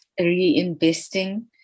reinvesting